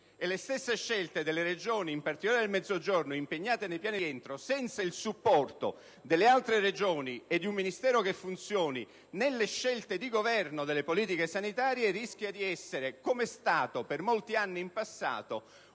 e le stesse scelte di alcune Regioni, in particolare quelle del Mezzogiorno, impegnate nei piani di rientro senza il supporto delle altre Regioni e di un Ministero che funzioni nelle scelte del Governo sulle politiche sanitarie, rischiano di rendere il Ministero della salute, come è stato per molti anni in passato,